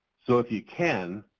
so if you can,